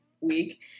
week